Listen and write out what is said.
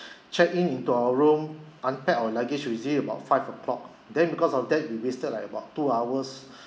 check in into our room unpacked our luggage ready about five o'clock then because of that we wasted like about two hours